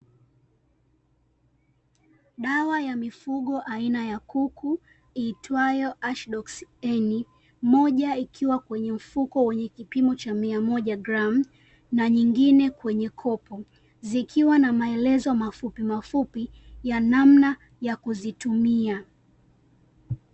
Dawa ya mifugo aina ya kuku iitwayo Ashidox-N, moja ikiwa kwenye mfuko wenye kipimo cha mia moja gramu na nyingine kwenye kopo. Zikiwa na maelezo mafupi mafupi ya namna ya kuzitumia.